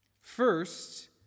First